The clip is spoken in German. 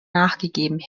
nachgegeben